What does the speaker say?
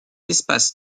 espace